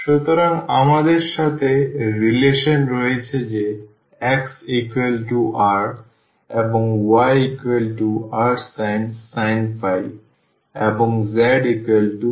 সুতরাং আমাদের সাথে রিলেশন রয়েছে যে xr এবং yrsin এবং zz যথারীতি